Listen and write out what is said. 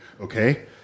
Okay